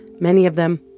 many of them,